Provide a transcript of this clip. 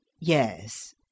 Yes